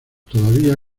todavía